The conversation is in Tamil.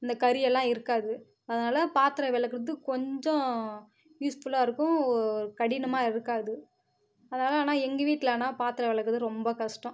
இந்த கரி எல்லாம் இருக்காது அதனால் பாத்திரம் விளக்குறது கொஞ்சம் யூஸ்ஃபுல்லாக இருக்கும் கடினமாக இருக்காது அதனால் ஆனால் எங்கள் வீட்டில் ஆனால் பாத்திரம் விளக்குறது ரொம்ப கஷ்டம்